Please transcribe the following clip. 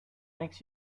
makes